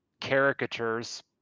caricatures